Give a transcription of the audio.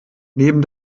neben